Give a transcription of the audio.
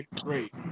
great